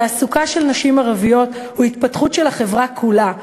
תעסוקה של נשים ערביות היא התפתחות של החברה כולה.